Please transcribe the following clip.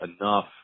enough